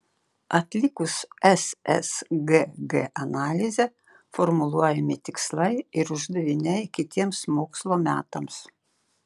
atlikus ssgg analizę formuluojami tikslai ir uždaviniai kitiems mokslo metams